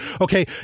Okay